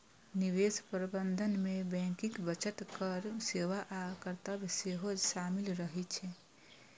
निवेश प्रबंधन मे बैंकिंग, बजट, कर सेवा आ कर्तव्य सेहो शामिल रहे छै